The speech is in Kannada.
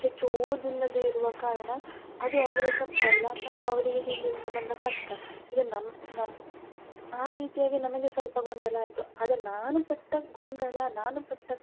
ಹೆಚ್ಚು ಓದಿಲ್ಲದೆ ಇರುವ ಕಾರಣ ಅದು ಅವರ ತಪ್ಪಲ್ಲ ಪಾಪ ಅವರಿಗೆ ಹಿಂದಿನಿಂದ ಬಂದ ಕಷ್ಟ ಈಗ ನಮ್ಮ ನಮ್ಮ ಆ ರೀತಿಯಾಗಿ ನನಗೆ ಸ್ವಲ್ಪ ಗೊಂದಲ ಆಯಿತು ಆದರೆ ನಾನು ಪಟ್ಟ ಗೊಂದಲ ನಾನು ಪಟ್ಟ